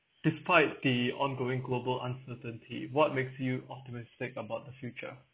despite the ongoing global uncertainty what makes you optimistic about the future